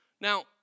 Now